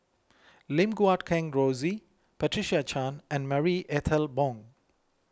Lim Guat Kheng Rosie Patricia Chan and Marie Ethel Bong